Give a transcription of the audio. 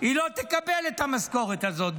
היא לא תקבל את המשכורת הזאת,